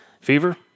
fever